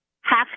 half